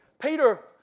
Peter